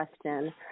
question